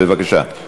בבקשה.